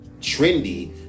trendy